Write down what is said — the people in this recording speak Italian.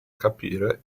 capire